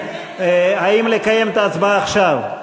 האם לקיים את ההצבעה עכשיו?